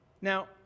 Now